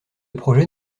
projet